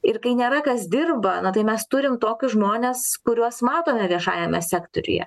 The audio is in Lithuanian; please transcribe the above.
ir kai nėra kas dirba na tai mes turim tokius žmones kuriuos matome viešajame sektoriuje